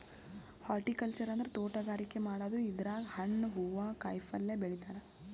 horticulture ಅಂದ್ರ ತೋಟಗಾರಿಕೆ ಮಾಡದು ಇದ್ರಾಗ್ ಹಣ್ಣ್ ಹೂವಾ ಕಾಯಿಪಲ್ಯ ಬೆಳಿತಾರ್